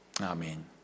Amen